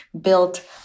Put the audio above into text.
built